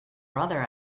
brother